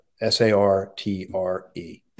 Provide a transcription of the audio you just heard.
S-A-R-T-R-E